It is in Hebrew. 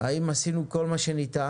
האם עשינו כל מה שניתן?